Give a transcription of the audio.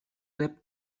rep